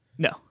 No